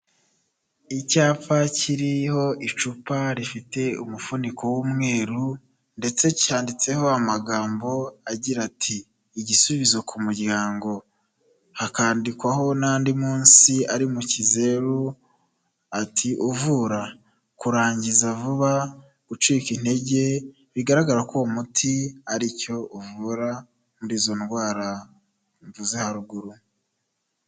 Icyapa kiriho icupa rifite umuvuniko w'umweru ndetse cyanditseho amagambo agira ati igisubizo ku muryango, hakandikwaho n'andi munsi ari mu kizeru ati uvura kurangiza vuba, gucika intege, bigaragara ko uwo umuti ari cyo uvura muri izo ndwara mvuze haruguru.